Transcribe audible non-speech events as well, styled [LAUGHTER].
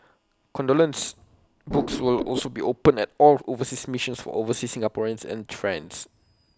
condolence books [NOISE] will also be opened at all overseas missions for overseas Singaporeans and trends